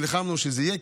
נלחמנו שזה יהיה.